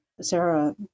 Sarah